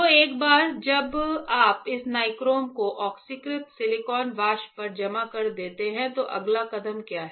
तो एक बार जब आप इस नाइक्रोम को ऑक्सीकृत सिलिकॉन वाष्प पर जमा कर देते हैं तो अगला कदम क्या है